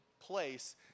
place